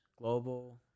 Global